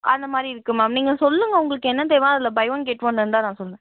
அந்த மாதிரி இருக்குது மேம் நீங்கள் சொல்லுங்க உங்களுக்கு என்ன தேவை அதில் பை ஒன் கெட் ஒன் இருந்தால் நான் சொல்கிறேன்